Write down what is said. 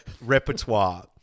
repertoire